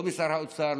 לא משר האוצר,